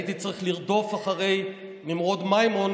הייתי צריך לרדוף אחרי נמרוד מימון,